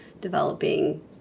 developing